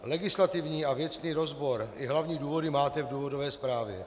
Legislativní a věcný rozbor i hlavní důvody máte v důvodové zprávě.